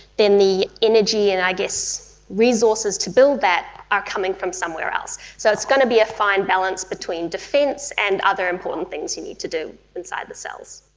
then the energy and i guess resources to build that are coming from somewhere else. so it's going to be a fine balance between defence and other important things you need to do inside the cells.